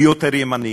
מי יותר ימני,